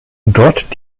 dort